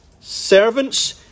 Servants